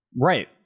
Right